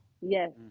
yes